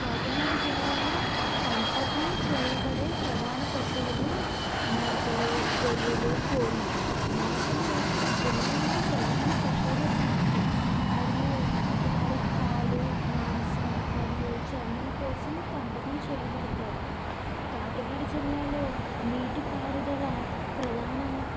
కాకినాడ జిల్లాలో పెంపకం చేయబడే ప్రధాన పశువులు మేకలు గొర్రెలు కోళ్ళు మేకలు జిల్లాలో ప్రధాన పశువుల జాతి మరియు వారు పాలు మాంసం మరియు చర్మం కోసం పెంపకం చేయబడతారు కాకినాడ జిల్లాలో నీటిపారుదల ప్రధానం